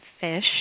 fish